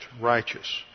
righteous